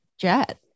jet